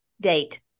date